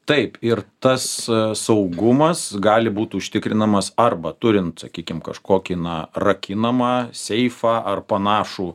taip ir tas saugumas gali būt užtikrinamas arba turint sakykim kažkokį na rakinamą seifą ar panašų